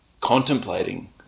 contemplating